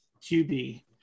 QB